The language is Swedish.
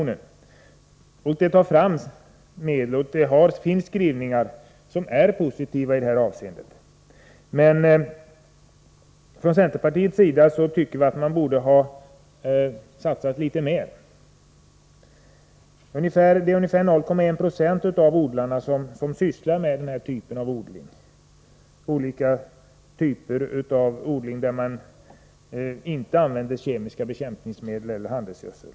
Det går att få fram medel, och det finns positiva skrivningar i detta avseende. Men från centerpartiets sida tycker vi ändå att man borde ha satsat litet mera. Det är ungefär 0,1 96 av odlarna som sysslar med olika typer av odling där man inte använder vare sig kemiska bekämpningsmedel eller handelsgödsel.